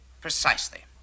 Precisely